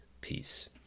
Peace